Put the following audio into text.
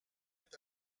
est